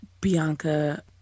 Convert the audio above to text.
Bianca